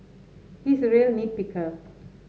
he is a real nit picker